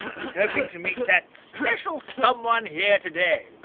who's hoping to meet that special someone here today.